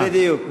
כן, בדיוק.